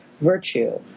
virtue